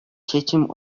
чечим